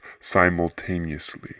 simultaneously